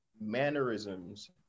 mannerisms